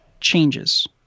changes